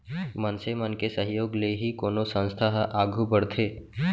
मनसे मन के सहयोग ले ही कोनो संस्था ह आघू बड़थे